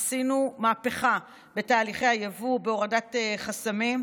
עשינו מהפכה בתהליכי היבוא, בהורדת חסמים.